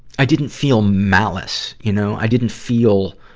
i didn't feel malice, you know? i didn't feel,